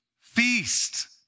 Feast